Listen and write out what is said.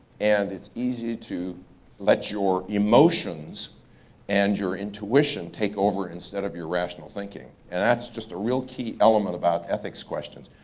and it's easy to let your emotions and your intuition take over instead of your rational thinking. and that's just a real key element about ethics questions.